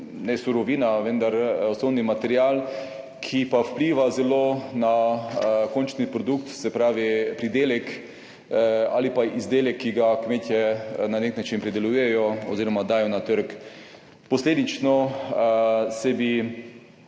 je gorivo osnovni material, ki pa vpliva zelo na končni produkt, se pravi pridelek ali pa izdelek, ki ga kmetje na nek način pridelujejo oziroma dajo na trg. Posledično bi